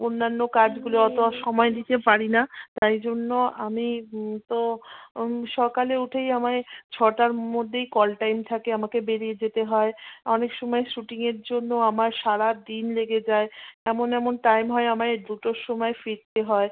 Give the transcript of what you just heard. অন্যান্য কাজগুলো অত আর সময় দিতে পারি না তাইজন্য আমি তো সকালে উঠেই আমায় ছটার মধ্যেই কল টাইম থাকে আমাকে বেরিয়ে যেতে হয় অনেক সময় শুটিংয়ের জন্য আমার সারা দিন লেগে যায় এমন এমন টাইম হয় আমায় দুটোর সময় ফিরতে হয়